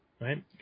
right